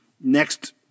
next